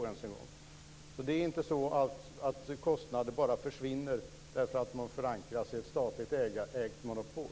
Det är alltså inte så att kostnader försvinner bara därför att de förankras i ett statligt ägt monopol.